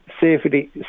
safety